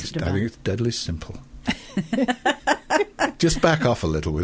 youth deadly simple just back off a little bit